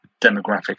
demographics